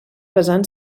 basant